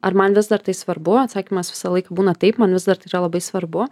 ar man vis dar tai svarbu atsakymas visąlaik būna taip man vis dar tai yra labai svarbu